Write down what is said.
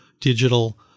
digital